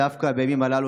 דווקא בימים הללו,